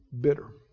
Bitter